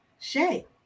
Shay